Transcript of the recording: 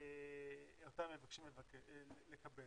אותו הם מבקשים לקבל.